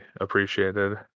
appreciated